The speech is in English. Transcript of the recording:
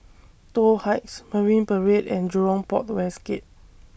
Toh Heights Marine Parade and Jurong Port West Gate